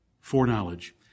Foreknowledge